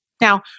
Now